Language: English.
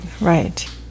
right